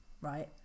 right